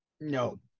No